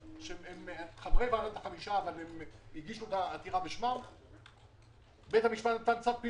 בית המשפט נתן צו פינוי לאחד המבנים המשמעותיים שנמצא במתחם בוסקילה.